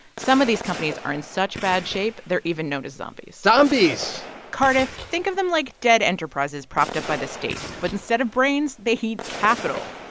some of these companies are in such bad shape, they're even known as zombies zombies cardiff, think of them like dead enterprises propped up by the state. but instead of brains, they eat capital